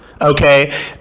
okay